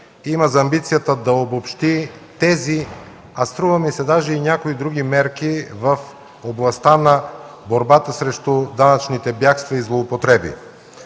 има за амбицията да обобщи тези, а струва ми се даже и някои други мерки, в областта на борбата срещу данъчните бягства и злоупотреби.